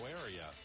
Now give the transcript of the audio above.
area